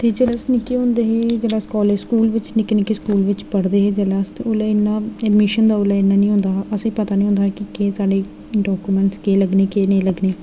जिसलै अस निक्के होंदे हे जिसलै अस कालेज स्कूल बिच्च निक्के निक्के स्कूल बिच्च पढ़दे हे जिसलै अस उसले एडमिशन दा इ'न्ना ओह् नी होंदा हा असेंगी पता नी होंदा हा कि केह् साढ़े डाकूमैंटस केह् लग्गने केह् नेईं लग्गने